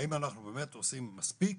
האם אנחנו באמת עושים מספיק